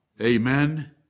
Amen